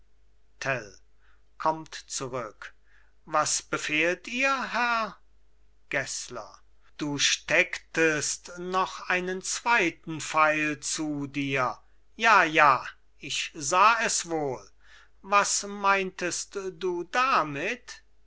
was befiehlt ihr herr gessler du stecktest noch einen zweiten pfeil zu dir ja ja ich sah es wohl was meintest du damit